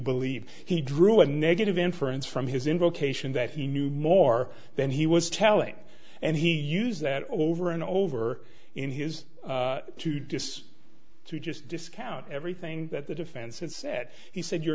believe he drew a negative inference from his invocation that he knew more than he was telling and he used that over and over in his to dis to just discount everything that the defense has said he said you're